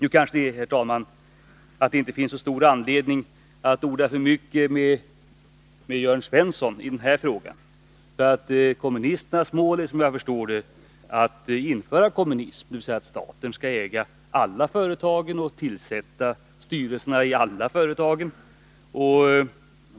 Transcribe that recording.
Nu kanske det, herr talman, inte finns så stor anledning att orda för mycket med Jörn Svensson i den här frågan. Kommunisternas mål är som jag förstår att införa kommunism, dvs. att staten skall äga alla företag och tillsätta styrelserna i alla företag.